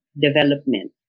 development